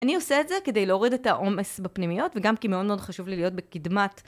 אני עושה את זה כדי להוריד את העומס בפנימיות וגם כי מאוד מאוד חשוב לי להיות בקדמת.